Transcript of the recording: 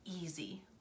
easy